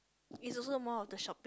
is also more of the shopping